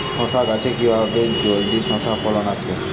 শশা গাছে কিভাবে জলদি শশা ফলন আসবে?